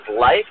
life